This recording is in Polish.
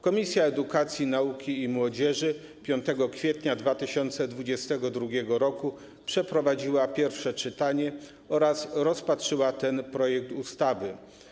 Komisja Edukacji, Nauki i Młodzieży 5 kwietnia 2022 r. przeprowadziła pierwsze czytanie oraz rozpatrzyła ten projekt ustawy.